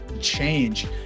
change